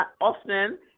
often